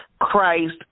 Christ